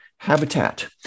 habitat